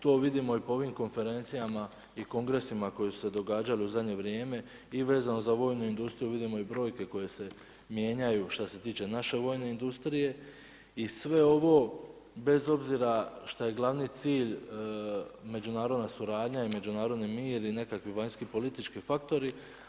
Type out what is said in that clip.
To vidimo i po ovim konferencijama i kongresima koji su se događali u zadnje vrijeme i vezano za vojnu industriju vidimo i brojke koje se mijenjaju šta se tiče naše vojne industrije i sve ovo bez obzira šta je glavni cilj međunarodna suradnja i međunarodni mir i nekakvi vanjski politički faktori.